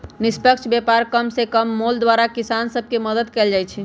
निष्पक्ष व्यापार कम से कम मोल द्वारा किसान सभ के मदद कयल जाइ छै